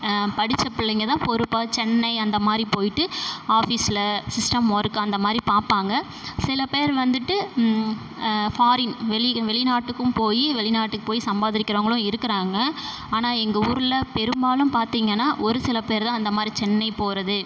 படித்த பிள்ளைங்க தான் பொறுப்பாக சென்னை அந்தமாதிரி போய்ட்டு ஆஃபிஸில் சிஸ்டம் ஒர்க் அந்தமாதிரி பார்ப்பாங்க சில பேர் வந்துட்டு ஃபாரின் வெளி வெளிநாட்டுக்கும் போய் வெளிநாட்டுக்கு போய் சம்பாதிக்கிறவங்களும் இருக்கிறாங்க ஆனால் எங்கள் ஊரில் பெரும்பாலும் பார்த்திங்கன்னா ஒருசில பேருதான் அந்தமாதிரி சென்னை போகிறது